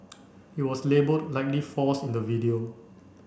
it was labelled Likely force in the video